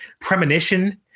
premonition